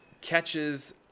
catches